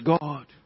God